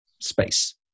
space